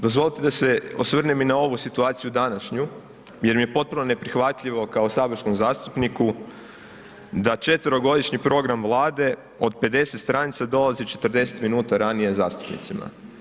Dozvolite da se osvrnem i na ovu situaciju današnju jer mi je potpuno neprihvatljivo kao saborskom zastupniku da četverogodišnji program Vlade od 50 stranica dolazi 40 minuta ranije zastupnicima.